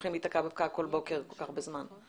הולכים להיתקע בפקק כל בוקר כל כך הרבה זמן.